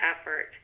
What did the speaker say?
effort